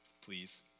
please